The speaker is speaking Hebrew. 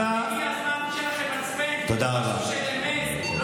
הגיע הזמן שיהיה לכם מצפן של אמת, תודה רבה.